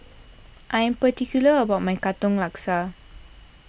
I am particular about my Katong Laksa